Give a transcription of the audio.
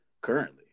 currently